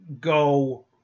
go